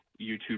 YouTube